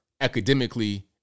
academically